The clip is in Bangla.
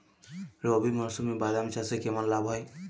রবি মরশুমে বাদাম চাষে কেমন লাভ হয়?